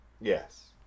Yes